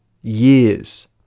years